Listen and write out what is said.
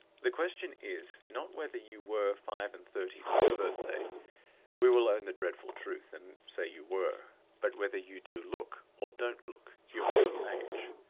the question is not whether you were five-and-thirty last birthday we will own the dreadful truth, and say you were but whether you do look, or don't look, your real age.